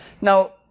Now